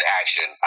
action